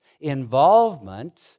involvement